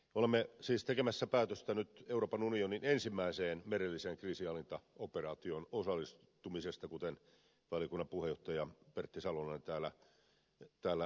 olemme siis tekemässä päätöstä nyt euroopan unionin ensimmäiseen merelliseen kriisinhallintaoperaatioon osallistumisesta kuten valiokunnan puheenjohtaja pertti salolainen täällä esittelypuheenvuorossaan totesi